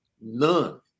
None